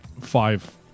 five